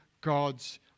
God's